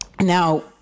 Now